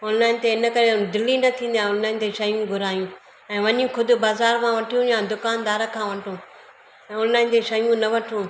online ते हिन करे दिलि ई न थींदी आहे ऑनलाइन ते शयूं घुरायूं ऐं वञी ख़ुदि बाज़ार मां वठूं या दुकानदार खां वठूं ऐं ऑनलाइन ते शयूं न वठूं